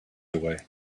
away